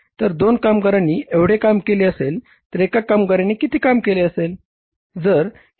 तर दोन कामगारांनी एवढे काम केले असेल तर एका कामगाराने किती काम केले असेल